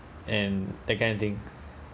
and that kind of thing